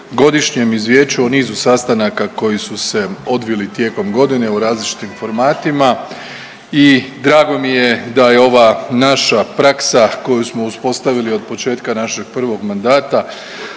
godišnjem izvješću o nizu sastanaka koji su se odvili tijekom godine u različitim formatima i drago mi je da je ova naša praksa koju su uspostavili od početka našeg prvog mandata